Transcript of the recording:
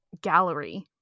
gallery